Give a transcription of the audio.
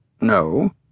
No